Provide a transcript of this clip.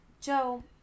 joe